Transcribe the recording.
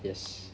yes